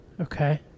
Okay